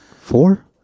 four